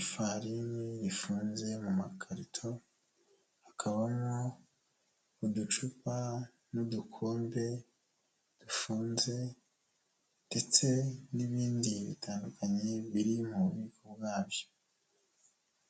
ifarini ifunze mu makarito, hakabamo uducupa n'udukombe dufunze ndetse n'ibindi bitandukanye biri mu bubiko bwabyo.